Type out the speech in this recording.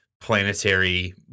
planetary